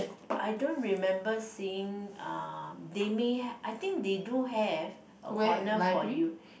I don't remember seeing uh they may I think they do have a corner for you